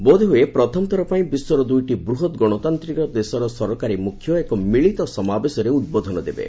ବୋଧହୁଏ ପ୍ରଥମଥର ପାଇଁ ବିଶ୍ୱର ଦୁଇଟି ବୃହତ ଗଣତାନ୍ତ୍ରିକ ଦେଶର ସରକାରୀ ମୁଖ୍ୟ ଏକ ମିଳିତ ସମାବେଶରେ ଉଦ୍ବୋଧନ ଦେବେ